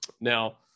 now